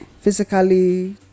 physically